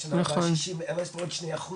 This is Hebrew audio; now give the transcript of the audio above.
בשנה הבאה עוד 2%,